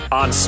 on